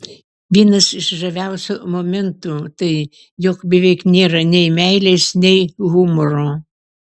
vienas iš žaviausių momentų tai jog beveik nėra nei meilės nei humoro